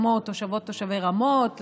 כמו תושבות ותושבי רמות,